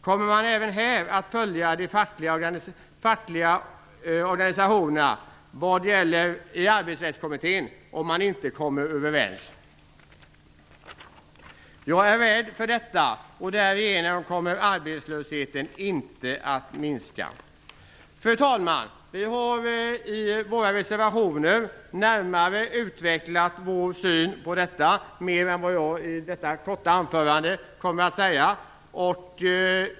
Kommer man att följa de fackliga organisationerna om man inte kommer överens i Arbetsrättskommittén? Jag är rädd för det. Därigenom kommer arbetslösheten inte att minska. Fru talman! Vi har i våra reservationer närmare utvecklat vår syn på detta. Där står mer än vad jag har sagt i detta korta anförande.